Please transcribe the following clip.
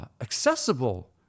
accessible